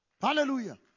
Hallelujah